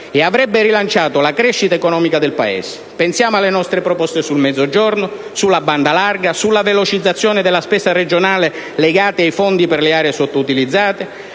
e avrebbe rilanciato la crescita economica del Paese. Pensiamo alle nostre proposte sul Mezzogiorno, sulla banda larga, sulla velocizzazione della spesa regionale legata ai fondi per le aree sottoutilizzate,